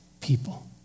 people